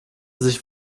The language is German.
sich